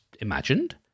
imagined